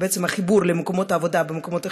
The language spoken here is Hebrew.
בעצם החיבור למקומות העבודה במקומות אחרים,